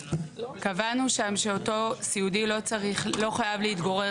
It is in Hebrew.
קבענו שם שאותו סיעודי לא צריך לא חייב להתגורר